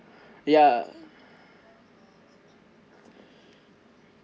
ya